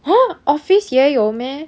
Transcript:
!huh! office 也有 meh